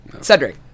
Cedric